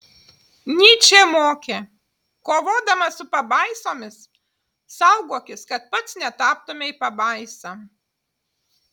nyčė mokė kovodamas su pabaisomis saugokis kad pats netaptumei pabaisa